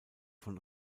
von